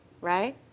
right